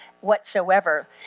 whatsoever